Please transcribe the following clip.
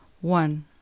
one